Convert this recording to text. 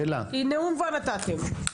כי נאום כבר נתתם.